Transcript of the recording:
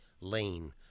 Lane